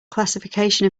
classification